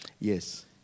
Yes